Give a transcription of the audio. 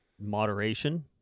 moderation